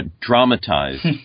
dramatized